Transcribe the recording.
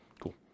Cool